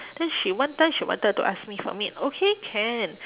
then she one time she wanted to ask me for meet okay can